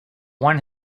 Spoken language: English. one